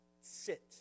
sit